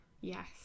yes